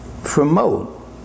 Promote